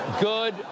good